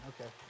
Okay